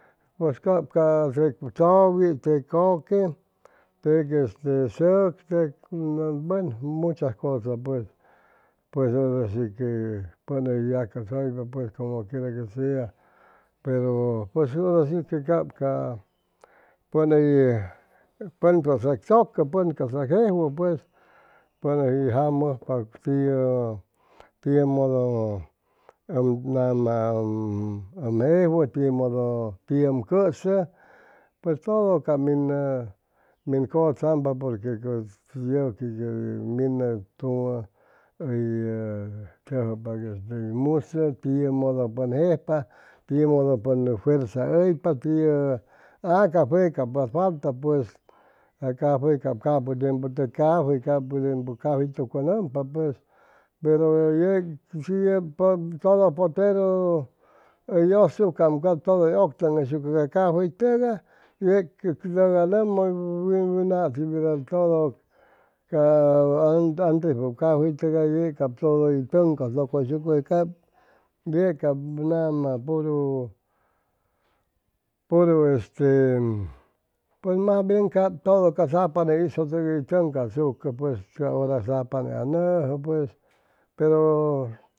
Pʉs cap ca chʉwi te kʉque teg este sʉk teg buenu muchas cosas pues pues hora shi que pʉn hʉy yacʉsʉypa pues como quiera que sea pero pues hora si que cap ca pʉn hʉy pʉn casap chʉcʉ pʉn ca'sa jejwʉ pues pʉn hʉy jamʉjpa tiʉ tiʉmodo ʉm nama ʉm jejwʉ timodo tiʉ ʉm cʉsʉ pues todo cap min min cʉchampa porque yʉqui yʉ minʉ hʉy tʉjʉpak hʉy musʉ tiʉmodo pʉn jejpa timodo pʉn fuerza hʉypa tiʉ cafe cap wa falta pues ca cafe cap capʉ tiempu te cafey capu tiempu cafey tucʉnʉmpa pues pero yeg todo potreru hʉy yʉsucam cap todo hʉy ʉctʉŋʉyshucʉ ca cafey tʉgay yeg tʉk anʉmʉ natiu verda todo ca antes cafey tʉgay yeg cap todo hʉy tʉŋcʉtʉcʉyshucʉ ye cap nama puru puru este mas bien cap todo ca sapane hizʉtʉgay tʉncasucʉ ca hʉra sapane anʉjʉ pues pero